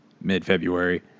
mid-February